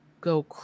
go